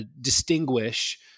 distinguish